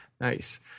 Nice